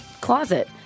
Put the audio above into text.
closet